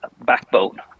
backbone